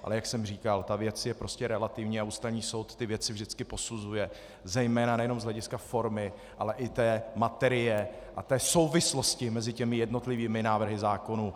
Ale jak jsem říkal, ta věc je relativní a Ústavní soud ty věci vždycky posuzuje nejenom z hlediska formy, ale i té materie a té souvislosti mezi jednotlivými návrhy zákonů.